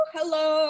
Hello